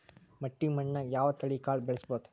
ಮಟ್ಟಿ ಮಣ್ಣಾಗ್, ಯಾವ ತಳಿ ಕಾಳ ಬೆಳ್ಸಬೋದು?